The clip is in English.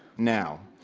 now,